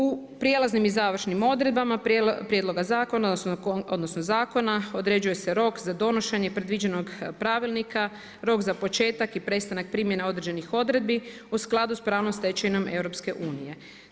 U prijelaznim i završnim odredbama prijedloga zakona odnosno zakona, određuje se rok za donošenje predviđenog pravilnika, rok za početak i prestanak primjene određenih odredbi u skladu sa pravnom stečevinom EU-a.